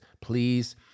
Please